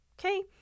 Okay